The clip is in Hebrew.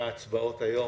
הצבעות היום.